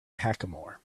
hackamore